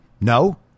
No